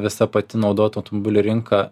visa pati naudotų automobilių rinka